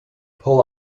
pull